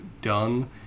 done